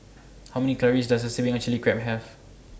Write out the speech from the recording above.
How Many Calories Does A Serving of Chili Crab Have